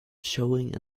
showing